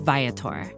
Viator